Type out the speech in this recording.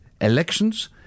elections